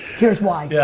here's why. yeah?